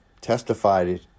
testified